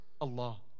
Allah